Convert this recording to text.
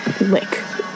Lick